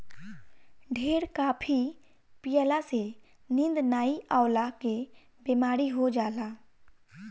ढेर काफी पियला से नींद नाइ अवला के बेमारी हो जाला